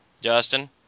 Justin